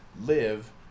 live